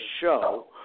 show